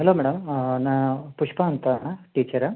hello madam ನಾ ಪುಷ್ಪ ಅಂತನ teacher